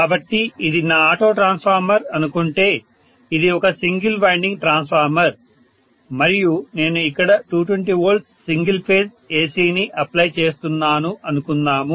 కాబట్టి ఇది నా ఆటో ట్రాన్స్ఫార్మర్ అనుకుంటే ఇది ఒక సింగిల్ వైండింగ్ ట్రాన్స్ఫార్మర్ మరియు నేను ఇక్కడ 220 V సింగిల్ ఫేజ్ AC ని అప్లై చేస్తున్నాను అనుకుందాము